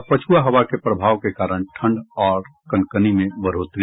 और पछुआ हवा के प्रभाव के कारण ठंड तथा कनकनी में बढोतरी